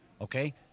okay